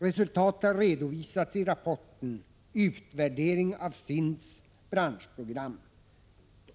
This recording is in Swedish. Resultatet har redovisats i rapporten Utvärdering av SIND:s branschprogram.